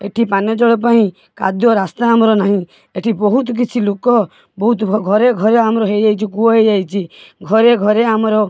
ଏଠି ପାନୀୟ ଜଳ ପାଇଁ କାଦୁଅ ରାସ୍ତା ଆମର ନାହିଁ ଏଠି ବହୁତ କିଛି ଲୋକ ବହୁତ ଘରେ ଘରେ ଆମର ହୋଇଯାଇଛି କୂଅ ହୋଇଯାଇଛି ଘରେ ଘରେ ଆମର